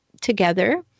together